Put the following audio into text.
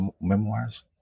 memoirs